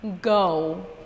Go